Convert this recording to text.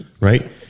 right